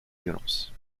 violence